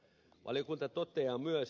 valiokunta toteaa myös